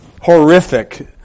horrific